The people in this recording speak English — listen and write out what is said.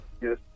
Yes